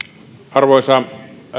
arvoisa